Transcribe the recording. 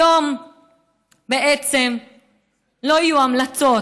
היום בעצם לא יהיו המלצות,